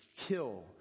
kill